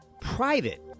private